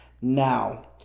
Now